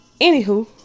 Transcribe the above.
anywho